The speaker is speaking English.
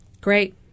Great